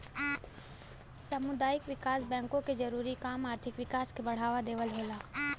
सामुदायिक विकास बैंक के जरूरी काम आर्थिक विकास के बढ़ावा देवल होला